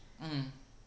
um